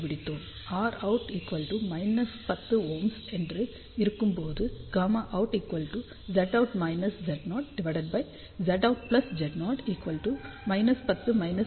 Rout 10 Ω என்று இருக்கும்போது Γout Zout−ZoZoutZo−10−50−1050−60401